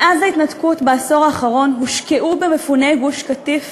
מאז ההתנתקות בעשור האחרון הושקעו במפוני גוש-קטיף